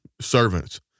servants